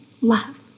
love